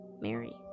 Mary